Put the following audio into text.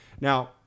Now